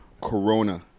Corona